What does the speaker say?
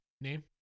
Name